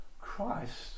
christ